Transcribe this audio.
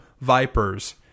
vipers